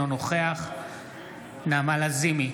אינו נוכח נעמה לזימי,